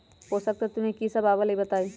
पोषक तत्व म की सब आबलई बताई?